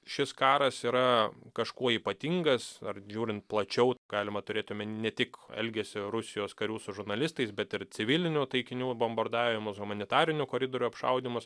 šis karas yra kažkuo ypatingas ar žiūrint plačiau galima turėt omeny ne tik elgesį rusijos karių su žurnalistais bet ir civilinių taikinių bombardavimus humanitarinių koridorių apšaudymus